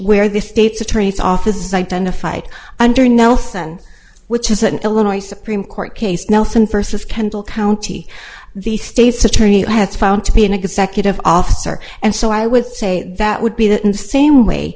where the state's attorney's office is identified under nelson which is an illinois supreme court case nelson first of kendall county the state's attorney has found to be an executive officer and so i would say that would be the same way